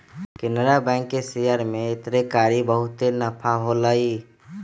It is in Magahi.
केनरा बैंक के शेयर में एन्नेकारी बहुते नफा होलई